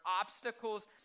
obstacles